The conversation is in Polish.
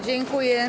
Dziękuję.